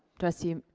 trustee